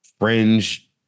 fringe